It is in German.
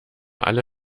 alle